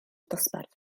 dosbarth